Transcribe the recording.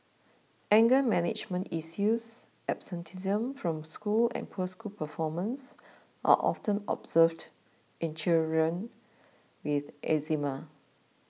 anger management issues absenteeism from school and poor school performance are often observed in children with Eczema